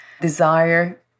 desire